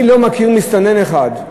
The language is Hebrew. אני לא מכיר מסתנן אחד,